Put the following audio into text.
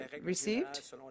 received